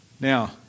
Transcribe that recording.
Now